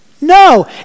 No